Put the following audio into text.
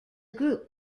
group